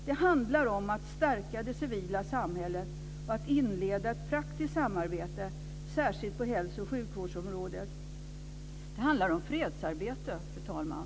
Det handlar om att stärka det civila samhället och inleda ett praktiskt samarbete särskilt på hälso och sjukvårdsområdet. Det handlar om fredsarbete, fru talman.